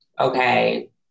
okay